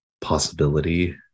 possibility